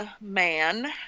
Man